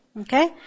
Okay